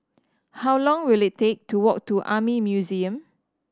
how long will it take to walk to Army Museum